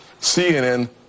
CNN